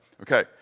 Okay